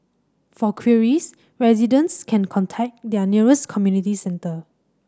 for queries residents can contact their nearest community centre